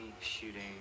shooting